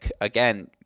Again